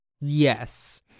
yes